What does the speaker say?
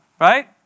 Right